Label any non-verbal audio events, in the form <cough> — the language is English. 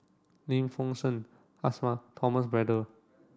Lim Feng Shen <unintelligible> Thomas Braddell